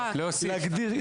להגדיל.